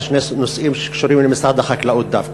שני נושאים שקשורים למשרד החקלאות דווקא.